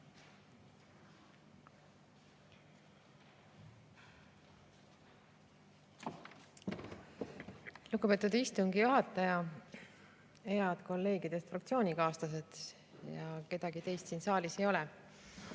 Lugupeetud istungi juhataja! Head kolleegid ja fraktsioonikaaslased! Kedagi teist siin saalis ei ole.